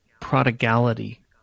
prodigality